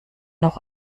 noch